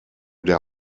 der